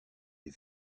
les